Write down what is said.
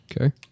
Okay